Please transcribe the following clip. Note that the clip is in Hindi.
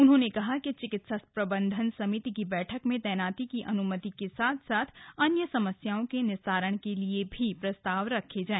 उन्होंने कहा कि चिकित्सा प्रबंधन समिति की बैठक में तैनाती की अनुमति के साथ साथ अन्य समस्याओं के निस्तारण के लिए भी प्रस्ताव रखे जाए